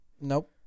Nope